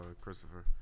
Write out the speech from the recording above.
Christopher